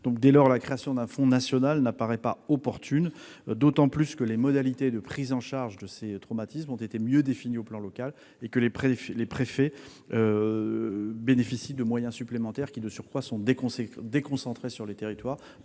Dès lors, la création d'un fonds national n'apparaît pas opportune, d'autant plus que les modalités de prise en charge de ces traumatismes ont été mieux définies au plan local et que les préfets bénéficient de moyens supplémentaires qui, de surcroît, sont déconcentrés sur les territoires,